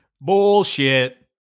Bullshit